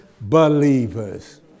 believers